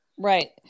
right